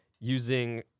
using